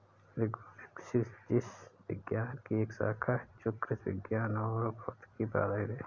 agrophysics विज्ञान की एक शाखा है जो कृषि विज्ञान और भौतिकी पर आधारित है